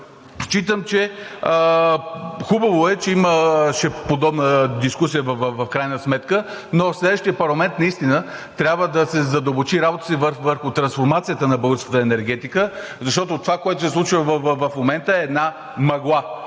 Считам, че е хубаво, че имаше подобна дискусия в крайна сметка, но в следващия парламент наистина трябва да се задълбочи работата и върху трансформацията на българската енергетика, защото това, което се случва в момента, е една мъгла.